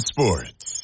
Sports